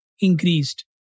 increased